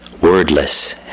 wordless